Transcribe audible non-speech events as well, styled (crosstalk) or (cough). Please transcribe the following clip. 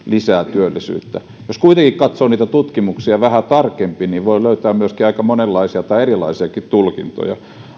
(unintelligible) lisää työllisyyttä jos kuitenkin katsoo niitä tutkimuksia vähän tarkemmin niin voi löytää myöskin aika monenlaisia tai erilaisiakin tulkintoja